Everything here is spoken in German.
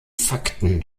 fakten